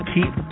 Keep